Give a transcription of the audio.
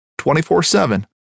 24-7